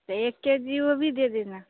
तो एक K G वह भी दे देना